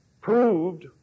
proved